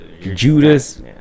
Judas